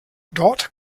dort